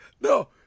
No